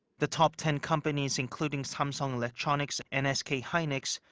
the top ten companies, including samsung electronics and sk hynix,